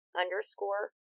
underscore